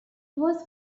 was